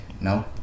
no